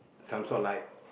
some sort like